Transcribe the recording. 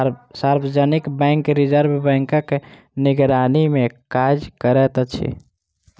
सार्वजनिक bank reserve बैंकक निगरानीमे काज करैत अछि